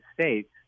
States